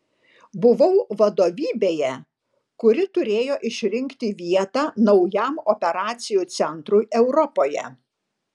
buvau vadovybėje kuri turėjo išrinkti vietą naujam operacijų centrui europoje